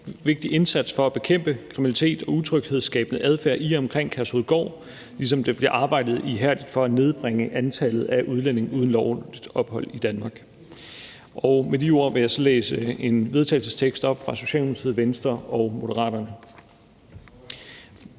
ord en vigtig indsats for at bekæmpe kriminalitet og utryghedsskabende adfærd i og omkring Kærshovedgård, ligesom der bliver arbejdet ihærdigt for at nedbringe antallet af udlændinge uden lovligt ophold i Danmark. Med de ord vil jeg så læse en vedtagelsestekst op fra Socialdemokratiet, Venstre, SF og Moderaterne.